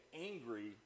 angry